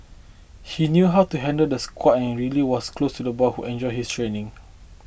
he knew how to handle the squad and really was close to the boy who enjoyed his training